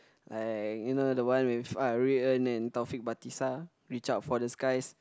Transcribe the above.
like you know the one with ah Rui En and Taufik Batisah reach out for the skies